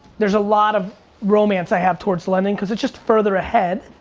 there's a lot of romance i have towards london, cause it's just further ahead.